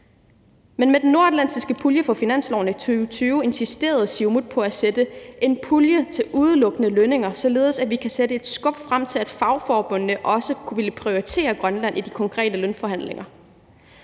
Men med den nordatlantiske pulje på finansloven i 2020 insisterede Siumut på at lave en pulje udelukkende til lønninger, således at vi kunne få skubbet på, for at fagforbundene også ville prioritere Grønland i de konkrete lønforhandlinger.